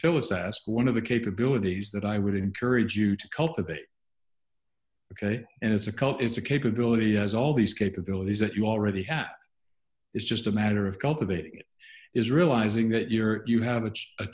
phyllis asked one of the capabilities that i would encourage you to cultivate ok and it's a cult it's a capability has all these capabilities that you already have it's just a matter of cultivating it is realizing that you're you have a